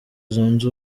zunze